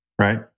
Right